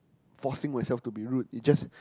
forcing myself to be rude it's just